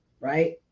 right